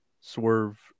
Swerve